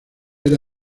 era